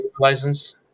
License